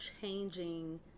changing